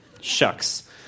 shucks